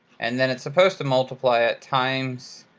and then it's supposed to multiply it times